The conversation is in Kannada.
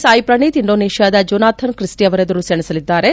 ಸಾಯಿ ಪ್ರಣೀತ್ ಇಂಡೋನೇಷ್ಯಾದ ಜೊನಾಥನ್ ಕ್ರಿಸ್ವಿ ಅವರೆದುರು ಸೆಣಸಲಿದ್ದಾರೆ